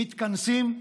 מתכנסים,